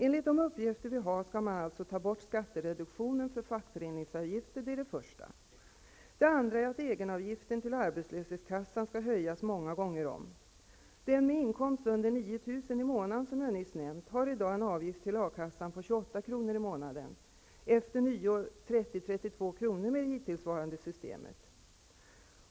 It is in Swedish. Enligt de uppgifter vi har skall man alltså ta bort skattereduktionen för fackföreningsavgifter. Det är det första. Det andra är att egenavgiften till arbetslöshetskassan skall höjas många gånger om. En person med inkomst under 9 000 kr. i månaden, som jag nyss nämnt, har i dag en avgift till A-kassan på 28 kr. per månad, och efter nyår blir det troligen 30--32 kr. med det hittillsvarande systemet.